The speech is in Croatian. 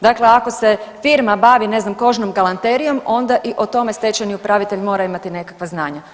Dakle, ako se firma bavi ne znam kožnom galanterijom onda i o tome stečajni upravitelj mora imati nekakva znanja.